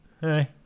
hey